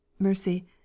Mercy